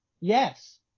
Yes